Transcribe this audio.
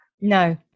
No